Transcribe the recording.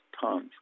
tons